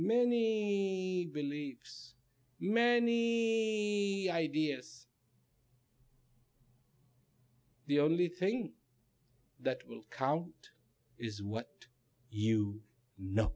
many beliefs many ideas the only thing that will count is what you know